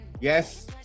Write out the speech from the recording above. Yes